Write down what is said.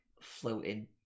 floating